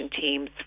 teams